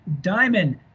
Diamond